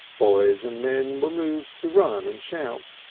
boys and men were moved to run and shout,